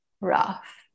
rough